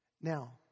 Now